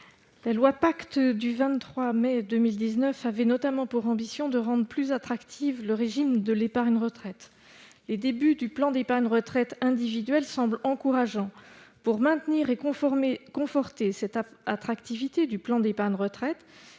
La loi Pacte du 23 mai 2019 avait notamment pour ambition de rendre plus attractif le régime de l'épargne retraite. Les débuts du plan d'épargne retraite individuel semblent encourageants. Pour maintenir et conforter cette attractivité du plan d'épargne retraite,